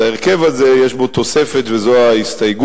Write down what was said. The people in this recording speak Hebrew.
אז ההרכב הזה, יש בו תוספת, וזו ההסתייגות,